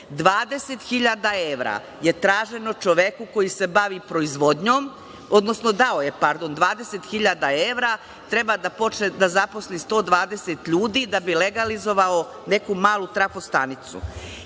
hiljada evra je traženo čoveku koji se bavi proizvodnjom, odnosno dao je, pardon, 20 hiljada evra. Treba da zaposli 120 ljudi da bi legalizovao neku malu trafo stanicu.